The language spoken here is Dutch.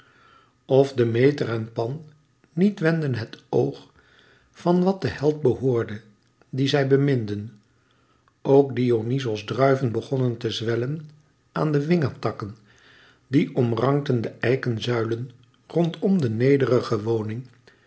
of demeter en pan niet wendden het oog van wat den held behoorde dien zij beminden ook dionyzos druiven begonnen te zwellen aan de wingerdtakken die omrankten de eiken zuilen rondom de nederige woning